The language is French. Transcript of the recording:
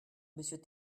monsieur